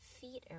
feet